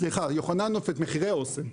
סליחה, יוחננוף את מחירי אסם.